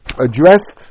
Addressed